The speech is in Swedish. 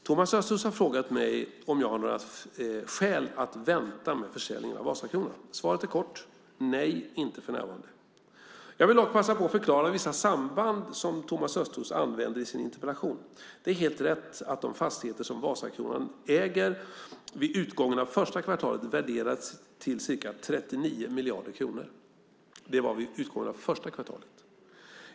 Fru talman! Thomas Östros har frågat mig om jag har några skäl för att vänta med försäljningen av Vasakronan. Svaret är kort: Nej, inte för närvarande. Jag vill dock passa på att förklara vissa av de samband Thomas Östros använder i sin interpellation. Det är helt rätt att de fastigheter som Vasakronan AB äger värderades till ca 39 miljarder kronor vid utgången av första kvartalet.